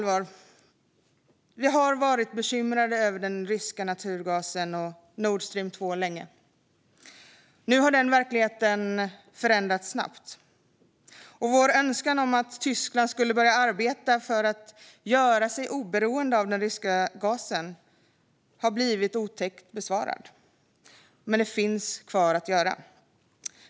Vi har varit bekymrade över den ryska naturgasen och Nord Stream 2 länge. Nu har verkligheten förändrats snabbt, och vår önskan om att Tyskland skulle börja arbeta för att göra sig oberoende av den ryska gasen har blivit besvarad på ett otäckt sätt. Men det finns kvar att göra.